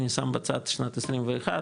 אני שם בצד שנת 21,